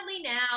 now